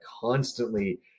constantly